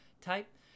type